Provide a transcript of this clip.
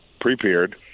prepared